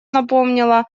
напомнило